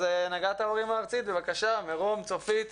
אז הנהגת ההורים הארצית, בבקשה, מירום צופית,